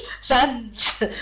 sons